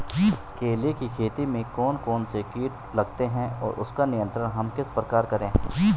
केले की खेती में कौन कौन से कीट लगते हैं और उसका नियंत्रण हम किस प्रकार करें?